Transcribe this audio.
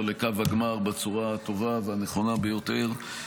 לקו הגמר בצורה הטובה והנכונה ביותר,